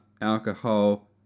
alcohol